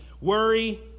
Worry